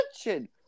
attention